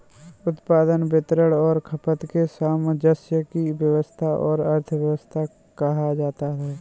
उत्पादन, वितरण और खपत के सामंजस्य की व्यस्वस्था को अर्थव्यवस्था कहा जाता है